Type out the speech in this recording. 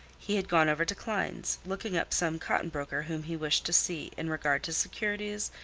he had gone over to klein's, looking up some cotton broker whom he wished to see in regard to securities,